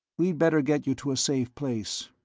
we'd better get you to a safe place.